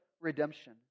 redemption